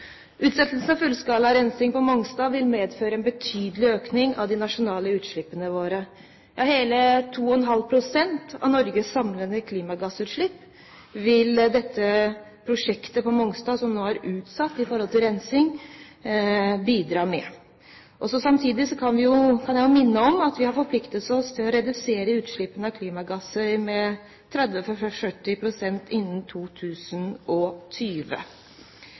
Utsettelsen av fullskalarensing på Mongstad vil medføre en betydelig økning av de nasjonale utslippene våre. Hele 2,5 pst. av Norges samlede klimagassutslipp vil dette prosjektet på Mongstad – hvor rensing nå er utsatt – bidra med. Samtidig kan jeg minne om at vi har forpliktet oss til å redusere utslippene av klimagasser med 30–40 pst. innen 2020.